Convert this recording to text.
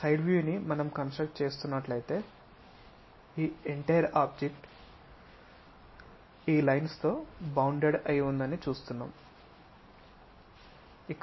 side view మనం దానిని construct చేస్తున్నట్లయితే ఈ మొత్తం ఆబ్జెక్ట్ ఈ లైన్స్ తో బౌండెడ్ అయి ఉందని చూస్తున్నాం